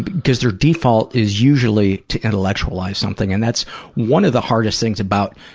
because their default is usually to intellectualize something, and that's one of the hardest things about